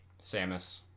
Samus